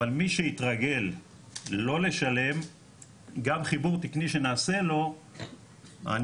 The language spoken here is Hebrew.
אבל מי שהתרגל לא לשלם גם חיבור תקני שנעשה לו אני